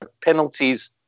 penalties